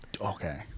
okay